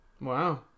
Wow